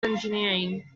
engineering